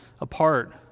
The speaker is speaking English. apart